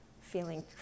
feeling